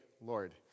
Lord